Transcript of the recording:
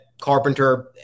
Carpenter